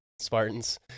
spartans